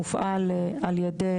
הוקם על ידינו